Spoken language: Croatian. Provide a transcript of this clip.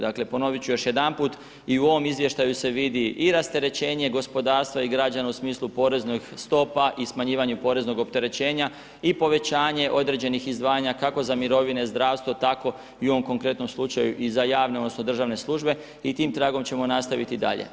Dakle, ponoviti ću još jedanput, i ovom izvještaju se vidi i rasterećenje gospodarstva i građana u smislu poreznih stopa, i smanjivanje poreznog opterećenja i povećanje određenih izdvajanja, kako za mirovine, zdravstvo, tako i u ovom konkretnom slučaju, za javne, odnosno, državne službe i tim tragom ćemo nastaviti dalje.